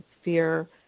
fear